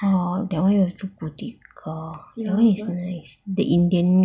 oh that one you have to go tekka that one is nice the indian